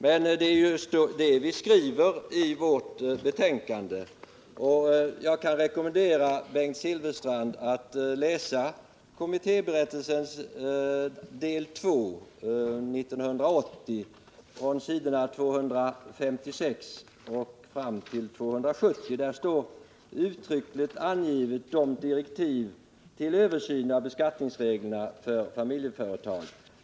Men det är ju det vi skriver i vårt betänkande. Jag kan rekommendera Bengt Silfverstrand att läsa kommittéberättelsens del 2, 1980, s. 256-270. Där står uttryckligt angivna direktiv till översyn av beskattningsreglerna för familjeföretag.